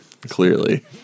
Clearly